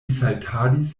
saltadis